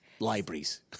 Libraries